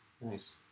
Nice